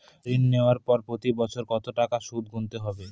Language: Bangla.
ঋণ নেওয়ার পরে প্রতি বছর কত টাকা সুদ গুনতে হবে?